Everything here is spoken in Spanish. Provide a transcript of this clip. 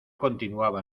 continuaba